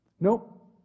Nope